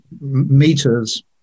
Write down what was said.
meters